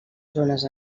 zones